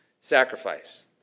sacrifice